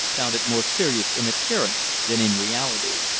found it more serious in appearance than in reality.